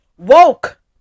woke